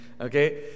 Okay